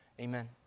Amen